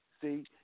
See